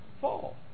fall